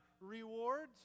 rewards